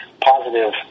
positive